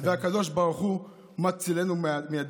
והקדוש ברוך הוא מצילנו מידם".